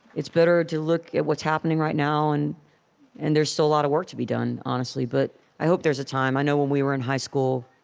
it's better to look at what's happening right now, and and there's still a lot of work to be done, honestly. but i hope there's a time. i know when we were in high school,